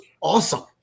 awesome